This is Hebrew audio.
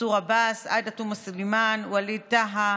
מנסור עבאס, עאידה תומא סלימאן, ווליד טאהא,